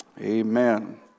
Amen